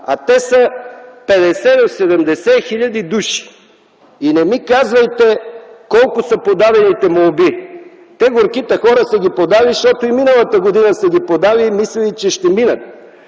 а те са от 50 до 70 хил. души. И не ми казвайте колко са подадените молби. Те, горките хора, са ги подали, защото и миналата година са ги подали и са мислили, че ще минат.